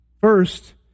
First